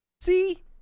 See